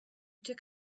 took